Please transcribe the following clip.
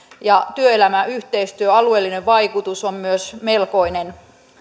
ja työelämän yhteistyö alueellinen vaikutus on myös melkoinen